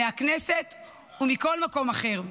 מהכנסת ומכל מקום אחר.